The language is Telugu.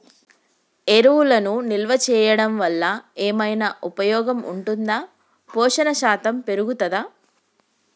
ఎరువులను నిల్వ చేయడం వల్ల ఏమైనా ఉపయోగం ఉంటుందా పోషణ శాతం పెరుగుతదా?